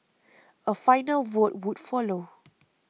a final vote would follow